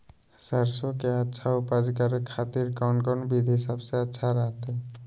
सरसों के अच्छा उपज करे खातिर कौन कौन विधि सबसे अच्छा रहतय?